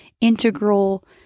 integral